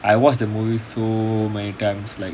I watch the movie so many times like